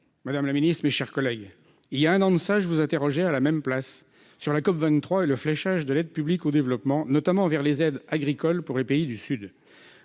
Madame la secrétaire d'État, il y a un an de cela, je vous interrogeais, de la même place, sur la COP23 et le fléchage de l'aide publique au développement, notamment vers les aides agricoles pour les pays du Sud.